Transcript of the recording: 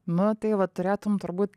na tai va turėtum turbūt